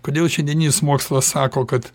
kodėl šiandieninis mokslas sako kad